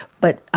but